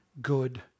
good